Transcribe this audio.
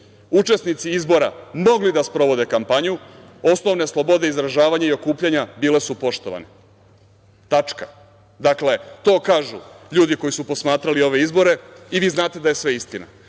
učesnici izbora mogli da sprovode kampanju, osnovne slobode izražavanja i okupljanja bile su poštovane. Tačka. Dakle, to kažu ljudi koji su posmatrali ove izbore i vi znate da je sve istina,